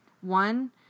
One